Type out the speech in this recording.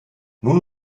nun